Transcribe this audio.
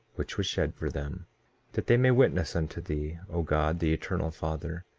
which was shed for them that they may witness unto thee, o god, the eternal father,